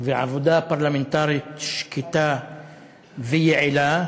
ועבודה פרלמנטרית שקטה ויעילה,